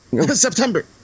September